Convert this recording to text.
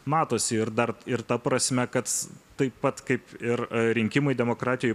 matosi ir dar ir ta prasme kad taip pat kaip ir rinkimai demokratijoj